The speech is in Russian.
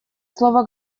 слово